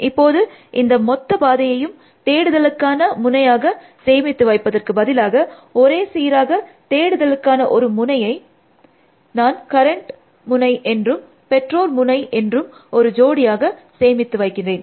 இப்போது இந்த மொத்த பாதையையும் தேடுதலுக்கான முனையாக சேமித்து வைப்பதற்கு பதிலாக ஒரே சீராக தேடுதலுக்கான ஒரு முனையை நான் கரண்ட் முனை என்றும் பெற்றோர் முனை என்றும் ஒரு ஜோடியாக சேமித்து வைக்கிறேன்